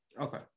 okay